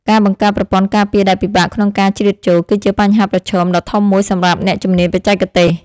ការបង្កើតប្រព័ន្ធការពារដែលពិបាកក្នុងការជ្រៀតចូល គឺជាបញ្ហាប្រឈមដ៏ធំមួយសម្រាប់អ្នកជំនាញបច្ចេកទេស។